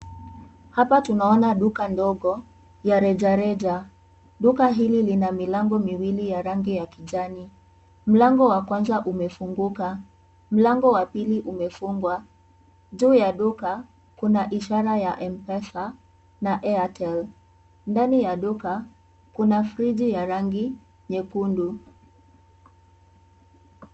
Hapa tunaona duka ndogo ya rejareja. Duka hili lina milango miwili ya rangi ya kijani. Mlango wa kwanza umefunguka. Mlango wa pili umefungwa. Juu ya duka, kuna ishara ya Mpesa na Airtel. Ndani ya duka, kuna friji ya rangi nyekundu.